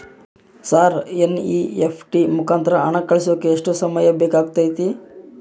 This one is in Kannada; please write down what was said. ಸರ್ ಎನ್.ಇ.ಎಫ್.ಟಿ ಮುಖಾಂತರ ಹಣ ಕಳಿಸೋಕೆ ಎಷ್ಟು ಸಮಯ ಬೇಕಾಗುತೈತಿ?